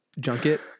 junket